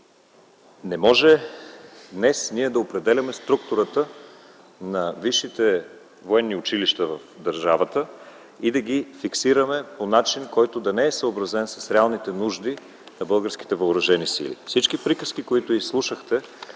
Не може днес ние да определяме структурата на висшите военни училища в държавата и да ги фиксираме по начин, който да не е съобразен с реалните нужди на българските Въоръжени сили. Всички приказки, които изслушахте